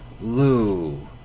Lou